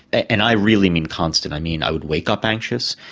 and i really mean constant i mean, i would wake up anxious,